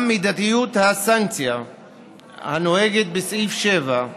גם מידתיות הסנקציה הנוהגת בסעיף 7,